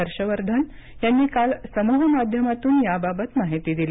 हर्ष वर्धन यांनी काल समुहमाध्यमातून याबाबत माहिती दिली